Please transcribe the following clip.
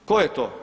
Tko je to?